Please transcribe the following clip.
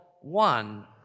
one